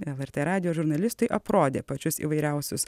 lrt radijo žurnalistui aprodė pačius įvairiausius